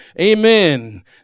Amen